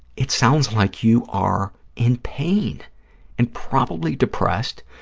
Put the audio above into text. it sounds like you are in pain and probably depressed.